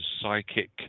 psychic